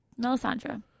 Melisandre